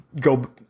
go